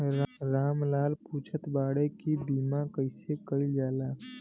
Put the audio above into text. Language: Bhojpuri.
राम लाल पुछत बाड़े की बीमा कैसे कईल जाला?